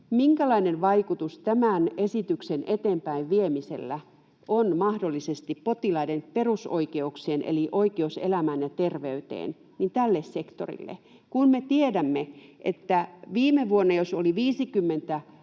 minkälainen vaikutus tämän esityksen eteenpäinviemisellä on mahdollisesti potilaiden perusoikeuksiin, eli oikeuteen elämään ja terveyteen, tälle sektorille. Kun me tiedämme, että jos viime vuonna oli 50